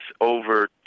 over